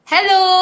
Hello